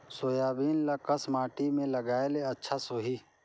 Soybean ल कस माटी मे लगाय ले अच्छा सोही?